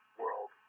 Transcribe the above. world